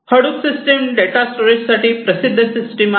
Hadoop system data storage साठी प्रसिद्ध system आहे